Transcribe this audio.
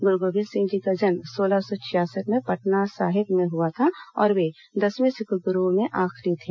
गुरू गोबिन्द सिंह जी का जन्म सोलह सौ छियासठ में पटना साहिब में हुआ था और वे दसवे सिख ग्रूओं में आखिरी थे